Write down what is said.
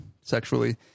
sexually